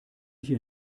hier